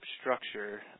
structure